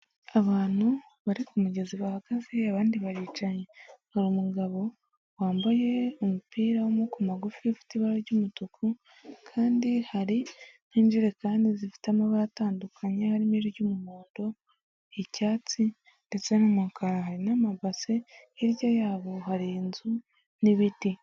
Abantu bari kumugezi bahagaze abandi baricanyi, hari umugabo wambaye umupira w'amaboko magufi, ufite ibara ry'umutuku kandi hari n'injerekani zifite amabara atandukanye harimo iry'umuhondo, icyatsi ndetse n'umukara, hari n'amabase, hirya yabo hari inzu n'ibiti.